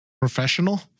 Professional